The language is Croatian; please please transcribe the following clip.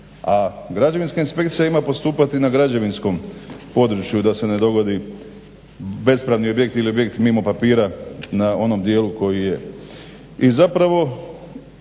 a građevinska inspekcija ima postupati na građevinskom području da se ne dogodi bespravni objekt ili objekt mimo papira na onom dijelu koji je.